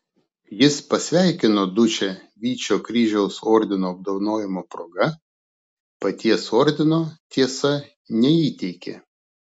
jis pasveikino dučę vyčio kryžiaus ordino apdovanojimo proga paties ordino tiesa neįteikė